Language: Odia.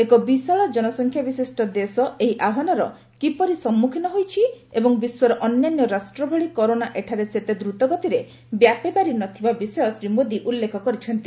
ଏକ ବିଶାଳ ଜନସଂଖ୍ୟା ବିଶିଷ୍ଟ ଦେଶ ଏହି ଆହ୍ୱାନ କିପରି ସମ୍ମୁଖୀନ ହୋଇଛି ଏବଂ ବିଶ୍ୱର ଅନ୍ୟାନ୍ୟ ରାଷ୍ଟ୍ର ଭଳି କରୋନା ଏଠାରେ ସେତେ ଦ୍ରତଗତିରେ ବ୍ୟାପିପାରି ନଥିବା ବିଷୟ ଶ୍ରୀ ମୋଦି ଉଲ୍ଲେଖ କରିଛନ୍ତି